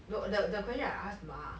no the the question I ask 妈